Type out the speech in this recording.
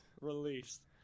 Released